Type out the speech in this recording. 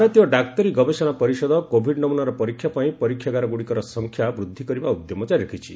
ଭାରତୀୟ ଡାକ୍ତରୀ ଗବେଷଣା ପରିଷଦ କୋଭିଡ୍ ନମୁନାର ପରୀକ୍ଷା ପାଇଁ ପରୀକ୍ଷାଗାରଗୁଡ଼ିକର ସଂଖ୍ୟା ବୃଦ୍ଧି କରିବା ଉଦ୍ୟମ ଜାରି ରଖିଛି